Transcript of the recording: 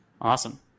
Awesome